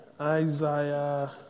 Isaiah